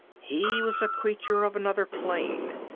he was a creature of another plane,